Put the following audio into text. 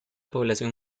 población